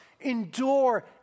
endure